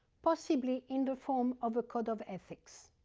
possibly in the form of a code of ethics.